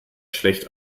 schlecht